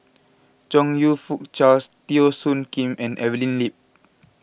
Chong You Fook Charles Teo Soon Kim and Evelyn Lip